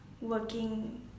working